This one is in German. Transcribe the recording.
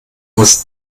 aus